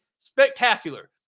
spectacular